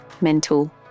mental